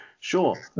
sure